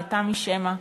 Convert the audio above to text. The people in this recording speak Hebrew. לתמי שמע,